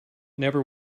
never